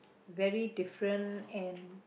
very different and